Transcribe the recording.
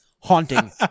haunting